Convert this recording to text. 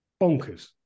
Bonkers